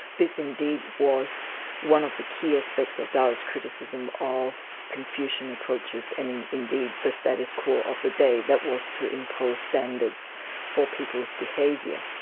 this indeed was one of the key aspects of daoist criticism of confucian approaches and indeed the status quo of the day, that was, to impose standards for people's behaviour.